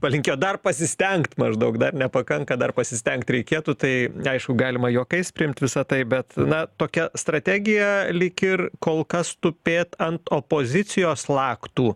palinkėjo dar pasistengt maždaug dar nepakanka dar pasistengt reikėtų tai aišku galima juokais priimt visa tai bet na tokia strategija lyg ir kol kas tupėt ant opozicijos laktų